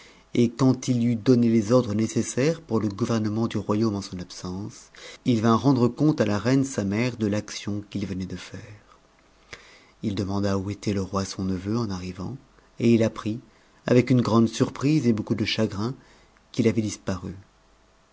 t quand il eut donné les ordres nécessaires pour le gouvernement du royaume en son absence il vint rendre compte à la reine sa mère de action qu'il venait de faire il demanda où était le roi son neveu en arrivant et il apprit avec une grande surprise et beaucoup de chagrin qu'il avait disparu